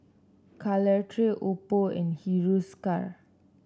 Caltrate Oppo and Hiruscar